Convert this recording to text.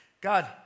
God